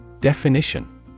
Definition